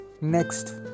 Next